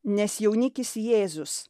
nes jaunikis jėzus